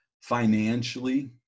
financially